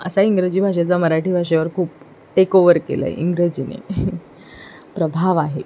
असा इंग्रजी भाषेचा मराठी भाषेवर खूप टेकओवर केलं आहे इंग्रजीने प्रभाव आहे